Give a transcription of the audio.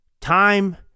Time